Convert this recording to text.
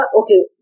okay